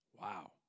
Wow